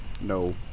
no